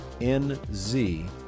NZ